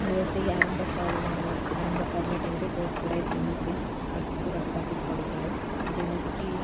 ରୋଷେଇ ଆରମ୍ଭ କଲେ ଆରମ୍ଭ କରିଲା ଟାଇମ୍ରେ ବହୁତ ଗୁଡ଼ାଏ ସାମଗ୍ରୀ ପ୍ରସ୍ତୁତ ରଖିବାକୁ ପଡ଼ିଥାଏ ଯେମିତିକି